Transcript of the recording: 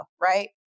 right